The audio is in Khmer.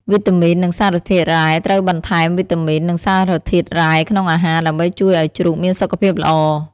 វីតាមីន និងសារធាតុរ៉ែ ត្រូវបន្ថែមវីតាមីន និងសារធាតុរ៉ែក្នុងអាហារ ដើម្បីជួយឲ្យជ្រូកមានសុខភាពល្អ។